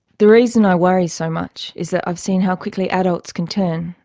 the reason i worry so much is that i've seen how quickly adults can turn,